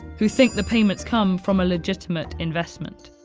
who think the payments come from a legitimate investment.